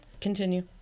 Continue